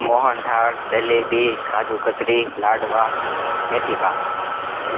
મોહનથાળ જલેબી કાજુ કતરી લાડવા મેથી પાક